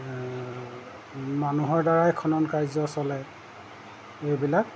মানুহৰদ্বাৰাই খনন কাৰ্য চলে এইবিলাক